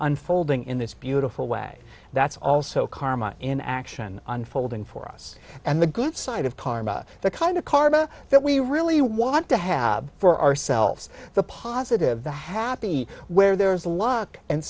unfolding in this beautiful way that's also karma in action unfolding for us and the good side of karma the kind of karma that we really want to have for ourselves the positive the happy where there is a lock and